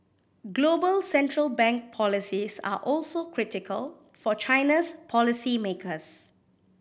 global central bank policies are also critical for China's policy makers